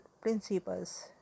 principles